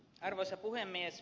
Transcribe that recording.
arvoisa puhemies